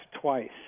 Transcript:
twice